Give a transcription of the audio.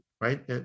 right